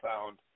found